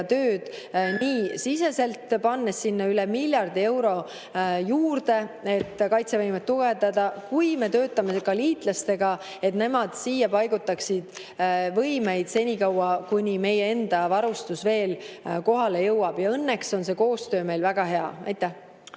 tööd Eesti-siseselt, pannes sinna üle miljardi euro juurde, et kaitsevõimet toetada. Me töötame ka liitlastega, et nemad siia paigutaksid võimeid senikaua, kuni meie enda varustus kohale jõuab. Õnneks on see koostöö meil väga hea.